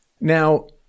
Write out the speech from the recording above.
Now